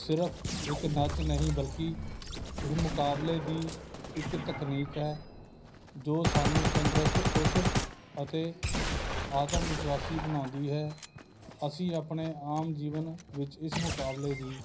ਸਿਰਫ ਇੱਕ ਨਾਚ ਨਹੀਂ ਬਲਕਿ ਇਹ ਮੁਕਾਬਲੇ ਦੀ ਇੱਕ ਤਕਨੀਕ ਹੈ ਜੋ ਸਾਨੂੰ ਤੰਦਰੁਸਤ ਖੁਸ਼ ਅਤੇ ਆਤਮ ਵਿਸ਼ਵਾਸੀ ਬਣਾਉਂਦੀ ਹੈ ਅਸੀਂ ਆਪਣੇ ਆਮ ਜੀਵਨ ਵਿੱਚ ਇਸ ਮੁਕਾਬਲੇ ਦੀ